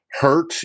hurt